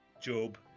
Job